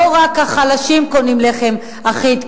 לא רק החלשים קונים לחם אחיד,